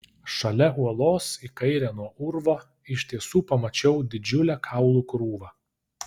šalia uolos į kairę nuo urvo iš tiesų pamačiau didžiulę kaulų krūvą